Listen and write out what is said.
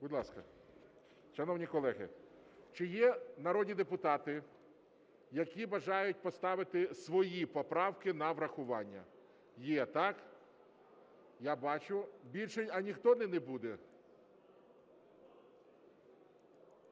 Будь ласка, Шановні колеги, чи є народні депутати, які бажають поставити свої поправки на врахування? Є, так, бачу. Більше ніхто не буде?